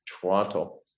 Toronto